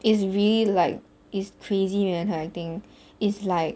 is really like is crazy man her acting is like